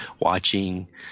watching